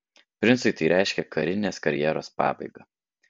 princui tai reiškė karinės karjeros pabaigą